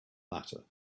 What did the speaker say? latter